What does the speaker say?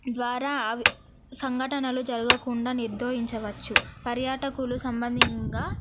ద్వారా అవి సంఘటనలు జరగకుండా నిర్దారించవచ్చు పర్యాటకులు సంబంధంగా